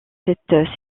cette